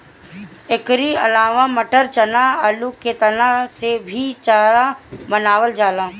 एकरी अलावा मटर, चना, आलू के तना से भी चारा बनावल जाला